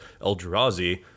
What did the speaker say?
Eldrazi